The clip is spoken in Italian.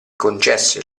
concesse